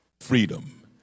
freedom